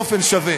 באופן שווה.